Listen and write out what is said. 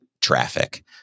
traffic